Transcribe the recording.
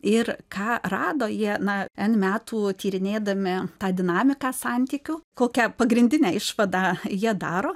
ir ką rado jie na en metų tyrinėdami tą dinamiką santykių kokią pagrindinę išvadą jie daro